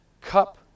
cup